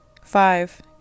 five